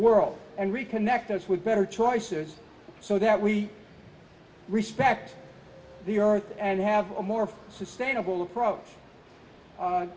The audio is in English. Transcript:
world and reconnect us with better choices so that we respect the earth and have a more sustainable approach